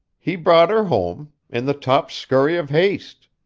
he brought her home in the top scurry of haste.